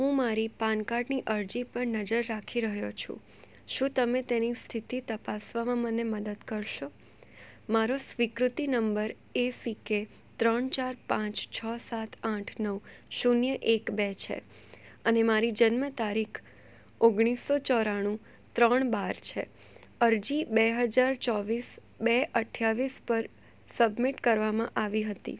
હું મારી પાનકાર્ડની અરજી પર નજર રાખી રહ્યો છું શું તમે તેની સ્થિતિ તપાસવામાં મને મદદ કરશો મારો સ્વીકૃતિ નંબર એ સી કે ત્રણ ચાર પાંચ છ સાત આઠ નવ શૂન્ય એક બે છે અને મારી જન્મ તારીખ ઓગણીસો ચોરાણું ત્રણ બાર છે અરજી બે હજાર ચોવીસ બે અઠ્ઠાવીસ પર સબમિટ કરવામાં આવી હતી